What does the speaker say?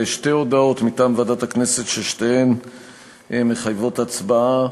שתי הודעות מטעם ועדת הכנסת ששתיהן מחייבות הצבעה.